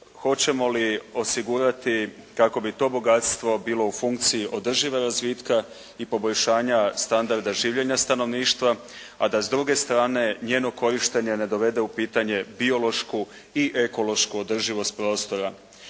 hoćemo li osigurati kako bi to bogatstvo bilo u funkciji održiva razvitka i poboljšanja standarda življenja stanovništva, a da s druge strane njeno korištenje ne dovede u pitanje biološku i ekološku održivost prostora.